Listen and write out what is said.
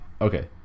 Okay